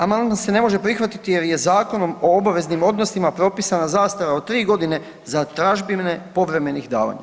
Amandman se ne može prihvatiti jer je Zakonom o obaveznim odnosima propisana zastara od 3 godine za tražbine povremenih davanja.